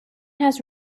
has